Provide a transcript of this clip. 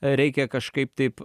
reikia kažkaip taip